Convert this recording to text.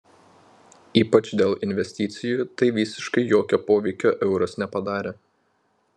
ypač dėl investicijų tai visiškai jokio poveikio euras nepadarė